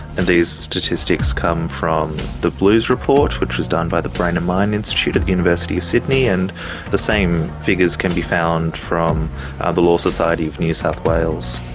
and these statistics come from the blues report, which was done by the brain and mind institute at the university of sydney, and the same figures can be found from the law society of new south wales.